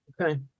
Okay